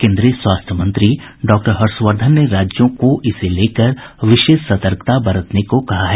केन्द्रीय स्वास्थ्य मंत्री डॉक्टर हर्षवधर्न ने राज्यों को इसे लेकर विशेष सतर्कता बरतने को कहा है